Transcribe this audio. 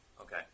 Okay